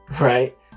right